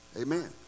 amen